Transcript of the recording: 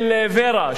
של ור"ה,